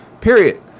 Period